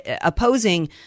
opposing